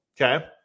Okay